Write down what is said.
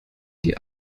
die